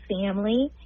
family